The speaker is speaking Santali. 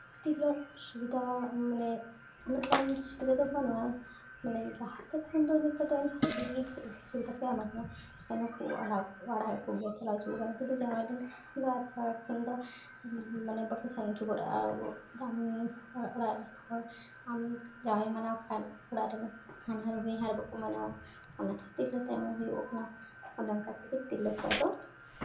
ᱛᱤᱨᱞᱟᱹ ᱟᱜ ᱥᱩᱵᱤᱫᱷᱟ ᱢᱟᱱᱮ ᱩᱱᱟᱹᱜ ᱜᱟᱱ ᱥᱩᱵᱤᱫᱷᱟ ᱫᱚ ᱵᱟᱹᱱᱩᱜᱼᱟ ᱢᱟᱱᱮ ᱞᱟᱦᱟᱛᱮ ᱠᱷᱚᱱᱫᱚ ᱱᱮᱛᱟᱨ ᱫᱚ ᱮᱱᱦᱚᱸ ᱵᱷᱟᱹᱜᱤ ᱜᱮ ᱠᱟᱛᱮᱜ ᱮᱢᱟ ᱠᱚᱣᱟᱭ ᱮᱱᱦᱚᱸ ᱟᱲᱟᱜ ᱮᱜ ᱠᱚᱜᱮᱭᱟ ᱩᱱᱠᱩ ᱫᱚ ᱛᱟᱦᱞᱮ ᱵᱟᱨ ᱵᱟᱨ ᱠᱷᱚᱱ ᱫᱚ ᱢᱟᱱᱮ ᱵᱟᱠᱚ ᱥᱮᱱ ᱦᱚᱪᱚᱣᱟᱜᱼᱟ ᱟᱵᱚ ᱡᱟᱶᱟᱭ ᱚᱲᱟᱜ ᱨᱮᱱ ᱦᱚᱲ ᱟᱢ ᱡᱟᱶᱟᱭ ᱮ ᱢᱟᱱᱟᱣ ᱠᱷᱟᱱ ᱚᱲᱟᱜ ᱨᱮᱱ ᱦᱟᱢᱦᱟᱮ ᱦᱚᱧᱦᱟᱨ ᱵᱟᱠᱚ ᱢᱟᱱᱟᱣᱟ ᱚᱱᱟ ᱦᱚᱛᱮᱜ ᱛᱮ ᱤᱱᱟᱹᱛᱮ ᱮᱢ ᱦᱩᱭᱩᱜᱚᱜ ᱠᱟᱱᱟ ᱟᱫᱚ ᱚᱱᱠᱟ ᱛᱮᱜᱮ ᱛᱤᱨᱞᱟᱹ ᱠᱚᱣᱟᱜ ᱫᱚ